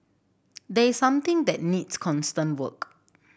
this is something that needs constant work